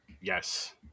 Yes